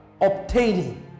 Obtaining